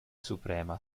suprema